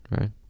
right